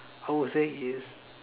I would say is